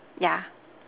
yeah